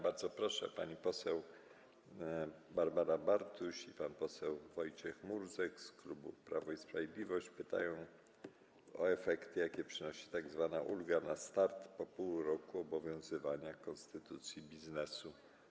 Bardzo proszę, pani poseł Barbara Bartuś i pan poseł Wojciech Murdzek z klubu Prawo i Sprawiedliwość pytają o efekty, jakie przynosi tzw. ulga na start po pół roku obowiązywania konstytucji biznesu.